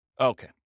Okay